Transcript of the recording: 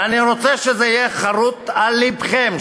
ואני רוצה שזה יהיה חרות על לבכם,